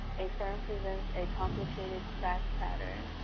a firm presents a complicated facts pattern,